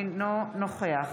אינו נוכח